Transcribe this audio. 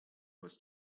was